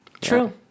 true